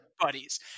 buddies